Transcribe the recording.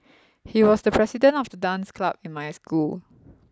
he was the president of the dance club in my school